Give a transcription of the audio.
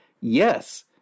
yes